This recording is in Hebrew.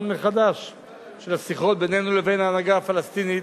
מחדש של השיחות בינינו לבין ההנהגה הפלסטינית,